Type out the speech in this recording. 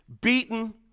beaten